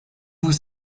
vous